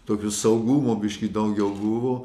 tokio saugumo biškį daugiau buvo